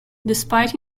despite